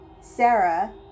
Sarah